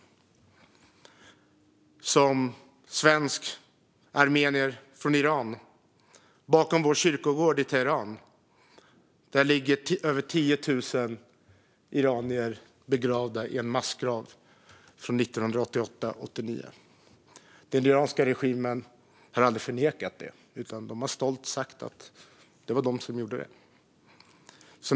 Jag är svensk armenier från Iran. Bakom vår kyrkogård i Teheran ligger över 10 000 iranier begravda i en massgrav från 1988-1989. Den iranska regimen har aldrig förnekat detta utan stolt sagt att det var de som gjorde det.